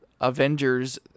Avengers